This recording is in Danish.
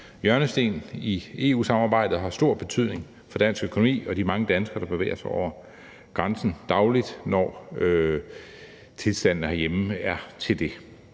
hjørnestenen i EU-samarbejdet og har stor betydning for dansk økonomi og de mange danskere, der bevæger sig over grænsen dagligt, når tilstandene herhjemme er til det.